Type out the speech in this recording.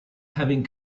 having